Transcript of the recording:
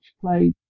played